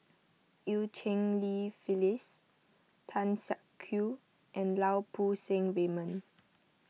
Eu Cheng Li Phyllis Tan Siak Kew and Lau Poo Seng Raymond